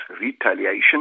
retaliation